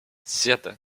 siete